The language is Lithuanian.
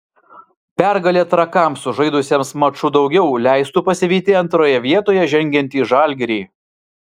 pergalė trakams sužaidusiems maču daugiau leistų pasivyti antroje vietoje žengiantį žalgirį